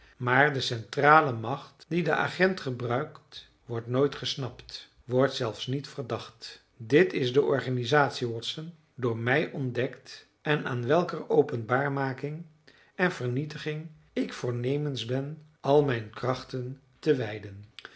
maar de centrale macht die den agent gebruikt wordt nooit gesnapt wordt zelfs niet verdacht dit is de organisatie watson door mij ontdekt en aan welker openbaarmaking en vernietiging ik voornemens ben al mijn krachten te wijden